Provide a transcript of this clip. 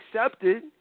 accepted